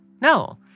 No